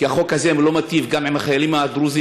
כי החוק הזה לא מיטיב גם עם החיילים הדרוזים,